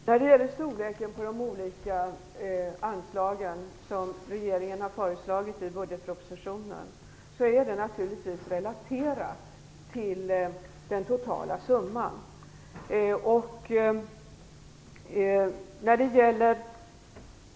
Herr talman! Storleken på de olika anslag som regeringen har föreslagit i budgetpropositionen är naturligtvis relaterad till den totala summan.